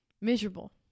Miserable